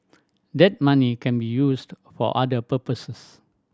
that money can be used for other purposes